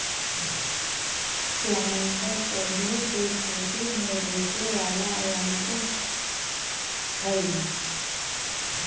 planter पौधा के खेत में रोपे वाला यन्त्र हई